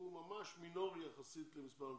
הוא ממש מינורי יחסית למספר המתאבדים.